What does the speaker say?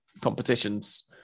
competitions